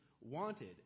wanted